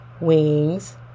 wings